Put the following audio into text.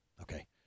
okay